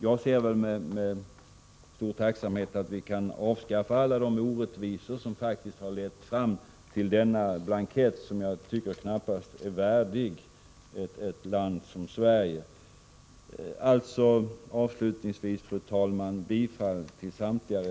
Jag ser med stor tacksamhet fram emot att alla de orättvisor skall kunna avskaffas som faktiskt har lett fram till en blankett som knappast är värdig ett land som Sverige.